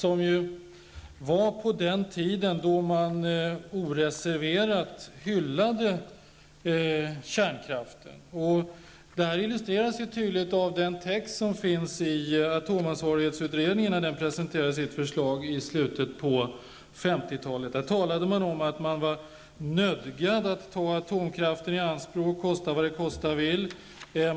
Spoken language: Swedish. Den tillkom på den tiden när man oreserverat hyllade kärnkraften. Detta illustreras tydligt av den text som fanns i atomansvarighetsutredningen när den presenterade sitt förslag i slutet av 50-talet. Där talade man om att man var nödgad att ta atomkraften i anspråk, kosta vad det kosta vill.